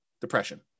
depression